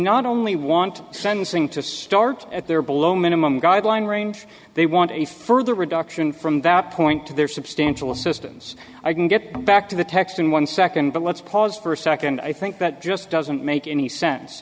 not only want sentencing to start at their below minimum guideline range they want a further reduction from that point to their substantial assistance i can get back to the text in one second but let's pause for a second i think that just doesn't make any sense